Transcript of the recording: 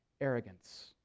Arrogance